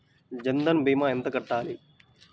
జన్ధన్ భీమా ఎంత కట్టాలి?